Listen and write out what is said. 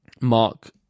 Mark